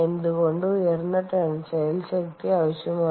എന്തുകൊണ്ട് ഉയർന്ന ടെൻസൈൽ ശക്തി ആവശ്യമാണ്